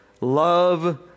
love